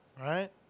right